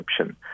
encryption